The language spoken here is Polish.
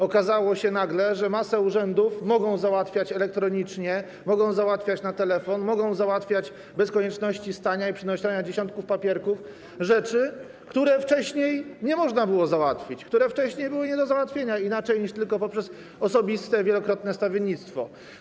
Okazało się nagle, że masa urzędów może załatwiać elektronicznie, może załatwiać na telefon, może załatwiać bez konieczności stania i przynoszenia dziesiątków papierków rzeczy, których wcześniej nie można było załatwić, które wcześniej były nie do załatwienia inaczej niż tylko poprzez osobiste wielokrotne stawiennictwo.